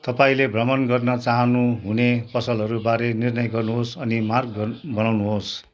तपाईँले भ्रमण गर्न चाहनु हुने पसलहरूबारे निर्णय गर्नुहोस् अनि मार्ग बनाउनुहोस्